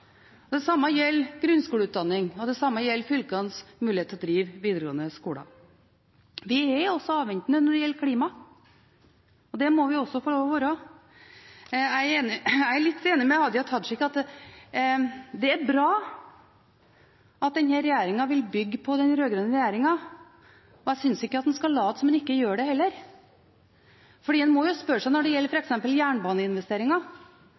Det samme gjelder grunnskoleutdanningen, og det samme gjelder fylkenes mulighet til å drive videregående skole. Vi er også avventende når det gjelder klima, og det må vi også få lov til å være. Jeg er litt enig med Hadia Tajik i at det er bra at denne regjeringen vil bygge på den rød-grønne regjeringen, og jeg syns ikke man skal late som om den ikke gjør det heller. En må jo spørre seg, når det gjelder f.eks. jernbaneinvesteringer,